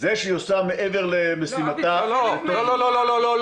זה שהיא עושה מעבר למשימתה --- לא, לא, לא.